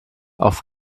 auf